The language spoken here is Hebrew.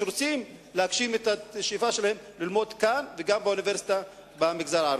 שרוצים להגשים את השאיפה שלהם ללמוד כאן וגם באוניברסיטה במגזר הערבי.